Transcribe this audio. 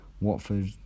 Watford